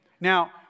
Now